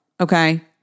okay